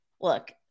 Look